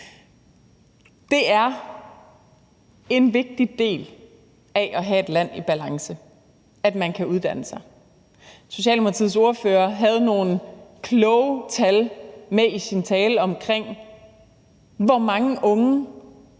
Det er en vigtig del af at have et land i balance, at man kan uddanne sig. Socialdemokratiets ordfører havde nogle kloge tal med i sin tale omkring, hvor mange unge